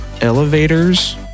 elevators